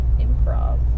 improv